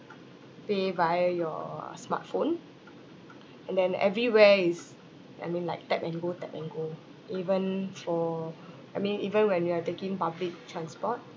pay via your smartphone and then everywhere is I mean like tap and go tap and go even for I mean even when you are taking public transport